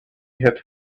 had